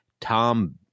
Tom